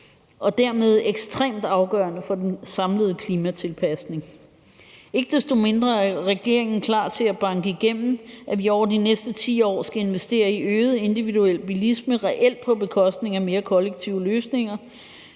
og dermed er ekstremt afgørende for den samlede klimatilpasning. Ikke desto mindre er regeringen klar til at banke igennem, at vi over de næste 10 år skal investere i øget individuel bilisme, reelt på bekostning af mere kollektive løsninger,